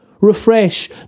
Refresh